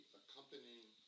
accompanying